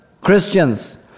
Christians